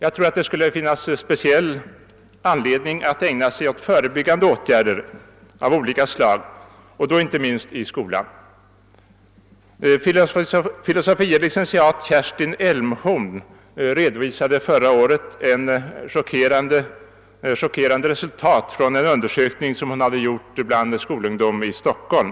Det skulle finnas särskilt stor anled ning att ägna sig åt förebyggande åtgärder av olika slag, inte minst i skolan. Fil. lie. Kerstin Elmhorn redovisade förra året chockerande resultat från en undersökning hon gjort bland skolungdom i Stockholm.